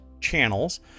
channels